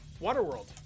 Waterworld